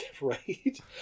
Right